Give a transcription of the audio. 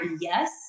yes